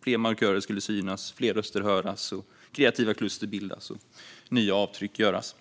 Fler markörer skulle synas, fler röster skulle höras, kreativa kluster skulle bildas och nya avtryck skulle göras.